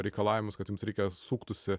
reikalavimus kad jums reikės suktųsi